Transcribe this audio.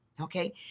Okay